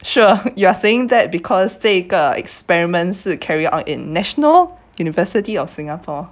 sure you're saying that because 这个 experiment 是 carry on in national university of Singapore